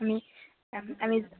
আমি আমি